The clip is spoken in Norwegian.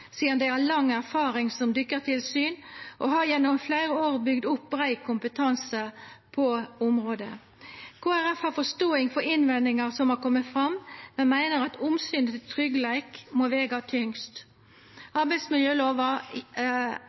sidan dei har lang erfaring som dykketilsyn og gjennom fleire år har bygd opp brei kompetanse på området. Kristeleg Folkeparti har forståing for innvendingar som har kome fram, men meiner at omsynet til tryggleik må vega tyngst. Arbeidsmiljølova